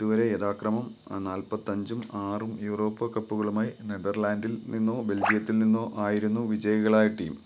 ഇതുവരെ യഥാക്രമം നാൽപ്പത്തഞ്ചും ആറും യൂറോപ്പ് കപ്പുകളുമായി നെതർലാൻഡിൽ നിന്നോ ബെൽജിയത്തിൽ നിന്നോ ആയിരുന്നു വിജയികളായ ടീം